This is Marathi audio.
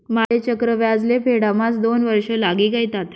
माले चक्रव्याज ले फेडाम्हास दोन वर्ष लागी गयथात